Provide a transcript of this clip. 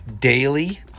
daily